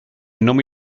nomi